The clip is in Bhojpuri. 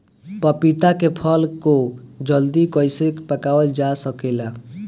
पपिता के फल को जल्दी कइसे पकावल जा सकेला?